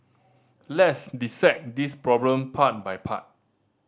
le's dissect this problem part by part